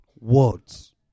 Words